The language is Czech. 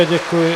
Děkuji.